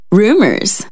rumors